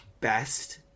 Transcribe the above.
best